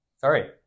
Sorry